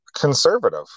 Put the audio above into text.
conservative